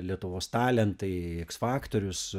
lietuvos talentai iks faktorius